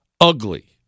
ugly